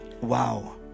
Wow